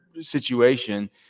situation